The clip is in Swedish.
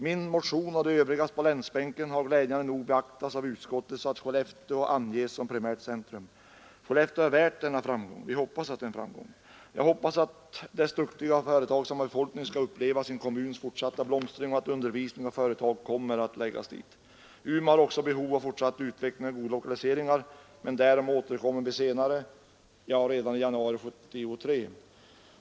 Min och mina länskamraters motion har glädjande nog beaktats av utskottet så att Skellefteå anges om primärt centrum. Skellefteå är värt denna framgång — vi hoppas att det är en framgång. Jag hoppas att dess duktiga och företagsamma befolkning skall få uppleva sin kommuns fortsatta blomstring och att undervisning och företag kommer att förläggas dit. Umeå har oc lokaliseringar, men till den frågan återkommer vi redan i januari 1973.